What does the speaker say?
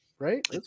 Right